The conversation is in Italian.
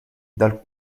dal